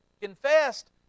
confessed